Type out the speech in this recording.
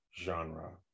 genre